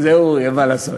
זה אורי, מה לעשות.